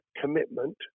commitment